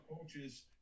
coaches –